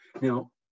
Now